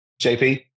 JP